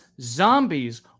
zombies